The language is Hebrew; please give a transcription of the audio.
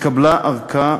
התקבלה ארכה